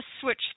Switch